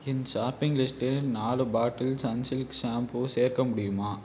என் shopping லிஸ்டில் நாலு bottle Sunsilk shampoo சேர்க்க முடியுமா